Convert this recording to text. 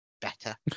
better